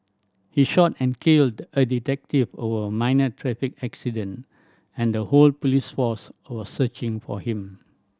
he shot and killed a detective over a minor traffic accident and the whole police force was searching for him